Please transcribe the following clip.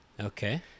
okay